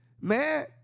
Man